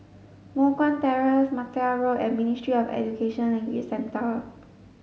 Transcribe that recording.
Moh Guan Terrace Mattar Road and Ministry of Education Language Centre